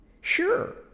Sure